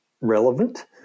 relevant